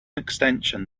extension